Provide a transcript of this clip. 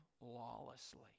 lawlessly